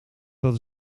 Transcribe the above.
dat